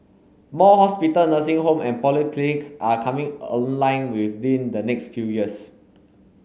more hospital nursing home and polyclinics are coming online within the next few years